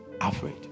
afraid